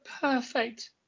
perfect